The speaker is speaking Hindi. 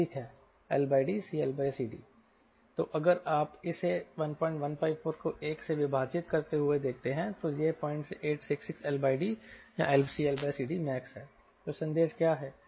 LD CLCD तो अब अगर आप इसे 1154 को 1 से विभाजित करते हुए देखते हैं तो यह 0866 LD या CLCDmaxहै तो संदेश क्या है